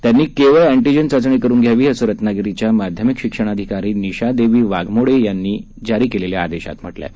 त्यांनी केवळ अँटिजेन चाचणी करून घ्यावी असं रत्नागिरीच्या माध्यमिक शिक्षणाधिकारी निशादेवी वाघमोडे यांनी जारी केलेल्या आदेशात म्हटलं आहे